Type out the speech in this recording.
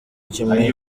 kimwe